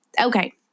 Okay